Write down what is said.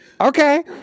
Okay